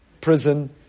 prison